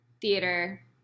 theater